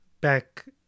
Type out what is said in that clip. back